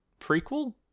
prequel